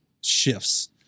shifts